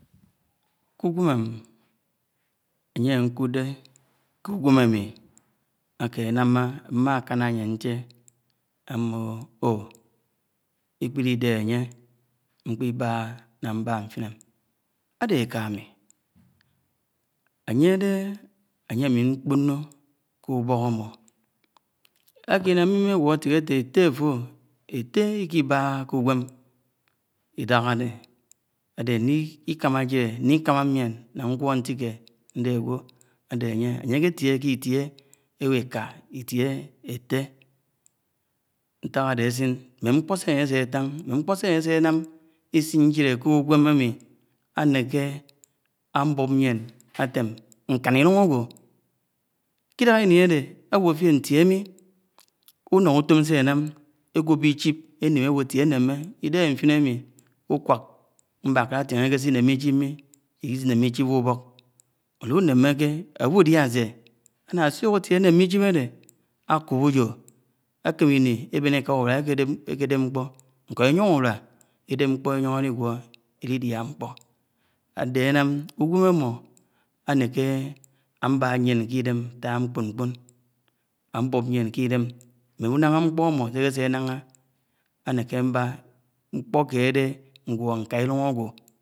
Ké úgwem áye ṇkúde ké úgwẹm ámi áke ánámá aimá ṇkạná áyén ṇche ammo ohì ke ikpili idéhé ánye, nkpíbáhá nah mbá ṉfinem áde éká ámmi, áṇye áde ánye ámi nkpọnọ ké ubọk ámmo mma gwo ntike ewo ette áfo? ette ikibáhá kè ugwém idáháde áde áliki kámá njile álikikámá yien lá ngwo ntike nde ágwo áse ánye ánye áketie k'itie eká itie ette nták áde ásin jile kè úgwém ámi áneke ábop mien átem nkọn ilúng ágwo kidáhá ini áde, áwo fien tie mi úno útọm se ánám eguọbọ ichib enim ewo tie némé idéhé ṇfin ámi ukwak mbákálá átihéke se ineme ichib mmi ikisi inem ichíb ke úbọk álunéméké? aludia sè? áná ásuk átie aneme ichib ádè ákòp ukó Kem ini ebén eká úrua ekedep mkpò, nko iyon urúa kedep ṇkpọ eyon eligwo elidia ṇkpọ ande ánám uvwem ammo aneke amba yien ke idem ata nkpo-nkpo abop mjén ké idém mme aŋaha nkpo ama se akese nṇáhá áṇéké aibá ṇkpọ ked áde ṇgwo ṇká ílúng ágwọ.